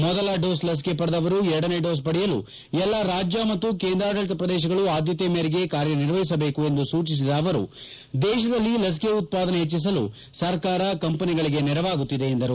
ಮೊದಲ ಲಸಿಕೆ ಪಡೆದವರು ಎರಡನೇ ಡೋಸ್ ಪಡೆಯಲು ಎಲ್ಲಾ ರಾಜ್ಯ ಮತ್ತು ಕೇಂದ್ರಾಡಳಿತ ಪ್ರದೇಶಗಳು ಆದ್ದತೆ ಮೇರೆಗೆ ಕಾರ್ಯನಿರ್ವಹಿಸಬೇಕು ಎಂದು ಸೂಚಿಸಿದ ಅವರು ದೇಶದಲ್ಲಿ ಲಸಿಕೆ ಉತ್ತಾದನೆ ಹೆಚ್ಚಿಸಲು ಸರ್ಕಾರ ಕಂಪೆನಿಗಳಿಗೆ ನೆರವಾಗುತ್ತಿದೆ ಎಂದರು